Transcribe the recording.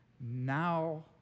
Now